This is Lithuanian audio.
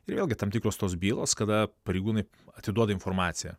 ir vėlgi tam tikros tos bylos kada pareigūnai atiduoda informaciją